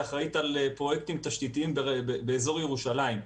שאחראית על פרויקטים תשתיתיים באזור ירושלים.